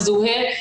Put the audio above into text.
מזוהה,